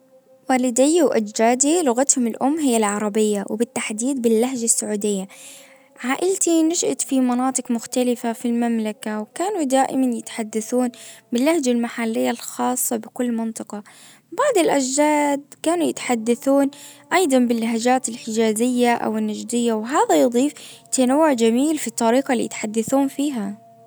والدي واجدادي لغتهم الام هي العربية وبالتحديد باللهجة السعودية. عائلتي نشأت في مناطق مختلفة في المملكة وكانوا دائما يتحدثون باللهجة المحلية الخاصة بكل منطقة. بعض الاجداد كان يتحدثون ايضا باللهجات الحجازية أو النجديه وهذا يضيف تنوع جميل في الطريقة اللي يتحدثون فيها.